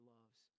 Loves